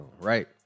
right